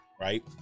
right